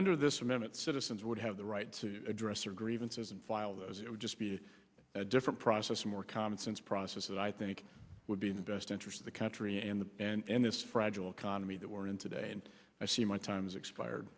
under this a minute citizens would have the right to address their grievances and file those it would just be a different process more common sense process that i think would be in the best interest of the country and the and this fragile economy that we're in today and i see my time has expired